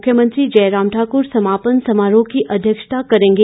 मुख्यमंत्री जयराम ठाक्र समापन समारोह की अध्यक्षता करेंगे